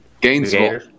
Gainesville